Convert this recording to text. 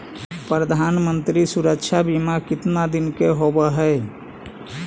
प्रधानमंत्री मंत्री सुरक्षा बिमा कितना दिन का होबय है?